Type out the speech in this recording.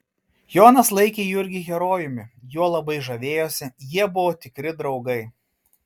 jonas laikė jurgį herojumi juo labai žavėjosi jie buvo tikri draugai